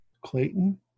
Clayton